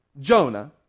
Jonah